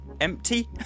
empty